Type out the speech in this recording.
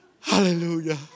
Hallelujah